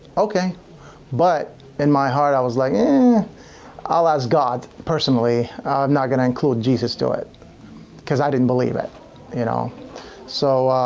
okay but in my heart i was like in i'll ask, god personally i'm not gonna include jesus to it because i didn't believe it you know so?